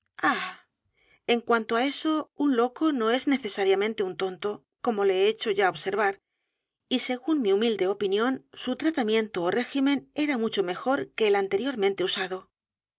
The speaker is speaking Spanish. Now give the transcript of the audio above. en cuanto á eso un loco no es necesariamente un tonto como le he hecho ya observar y según mi humilde opinión su tratamiento ó régimen era mucho mejor que el anteriormente usado